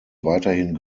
weiterhin